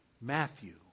Matthew